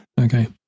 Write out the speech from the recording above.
Okay